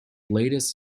latest